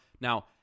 Now